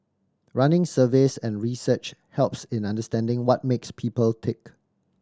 running surveys and research helps in understanding what makes people tick